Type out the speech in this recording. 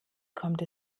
kommt